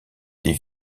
des